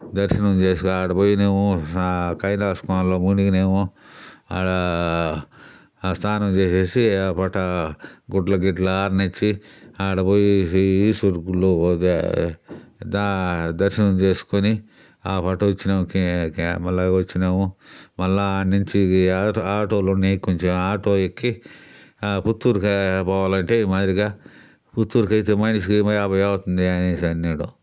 దర్శనం చేసుకొని ఆడపోయినాము కైలాస కోనలో మునిగినాము ఆడ స్నానం చేసేసి ఆ పూట గుడ్డలు గిడ్డలు ఆరనించి ఆడ పోయేసి ఈశ్వరి గుడిలో పోతే ద దర్శనం చేసుకుని ఆ పూట వచ్చినానికి మళ్ళా వచ్చినాము మళ్ళా అడ నుంచి ఆటో ఆటోలు ఉన్నాయి కొంచెం ఆటో ఎక్కి పుత్తూరుకి పోవాలంటే ఈ మాదిరిగా పుత్తూరుకి అయితే మనిషికి యాభై అవుతుంది అనేసి అన్నాడు